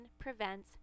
prevents